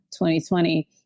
2020